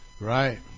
Right